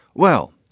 well,